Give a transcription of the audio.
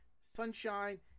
Sunshine